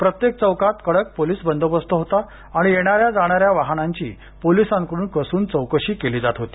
प्रत्येक चौकात कडक पोलीस बंदोबस्त होता आणि येणाऱ्या जाणाऱ्या वाहनांची पोलीसांकडून कसून चौकशी केली जात होती